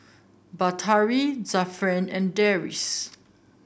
Batari Zafran and Deris